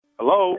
Hello